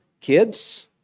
kids